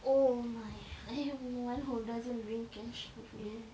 oh my I'm the one who doesn't bring cash with me